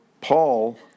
Paul